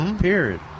Period